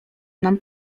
nam